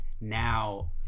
now